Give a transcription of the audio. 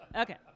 Okay